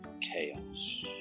Chaos